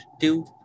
two